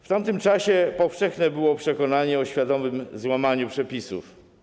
W tamtym czasie powszechne było przekonanie o świadomym złamaniu przepisów.